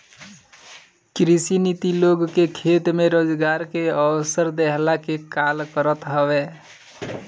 कृषि नीति लोग के खेती में रोजगार के अवसर देहला के काल करत हवे